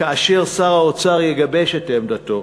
כאשר שר האוצר יגבש את עמדתו